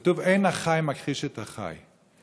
כתוב: "אין החי מכחיש את החי".